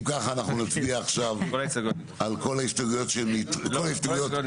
אנחנו נצביע עכשיו על כל ההסתייגויות שנדחו